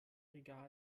regal